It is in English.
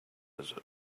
desert